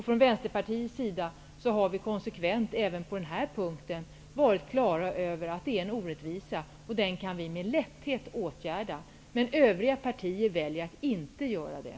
Från Vänsterpartiets sida har vi konsekvent haft uppfattningen att det är en orättvisa, och den kan vi med lätthet åtgärda. Övriga partier väljer att inte göra det.